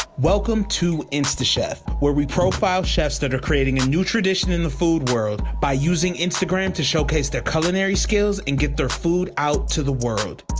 welcome to instachef, where we profile chefs that are creating a new tradition in the food world by using instagram to showcase their culinary skills and get their food out to the world.